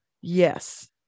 Yes